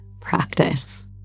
practice